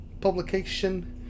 Publication